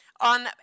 on